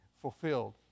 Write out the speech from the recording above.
fulfilled